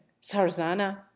sarzana